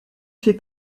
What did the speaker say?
fait